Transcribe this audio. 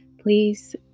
please